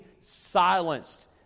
silenced